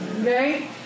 okay